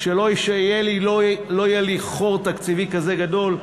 כשלא יהיה לי חור תקציבי כזה גדול,